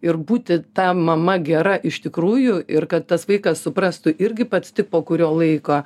ir būti ta mama gera iš tikrųjų ir kad tas vaikas suprastų irgi pats tik po kurio laiko